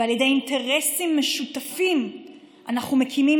ועל ידי אינטרסים משותפים אנחנו מקימים